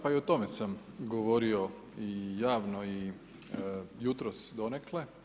Pa i o tome sam govorio i javno i jutros donekle.